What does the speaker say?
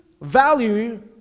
value